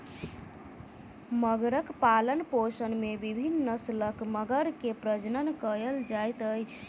मगरक पालनपोषण में विभिन्न नस्लक मगर के प्रजनन कयल जाइत अछि